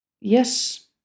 Yes